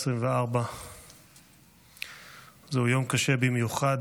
2024. זהו יום קשה במיוחד,